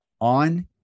on